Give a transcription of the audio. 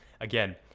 Again